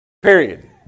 Period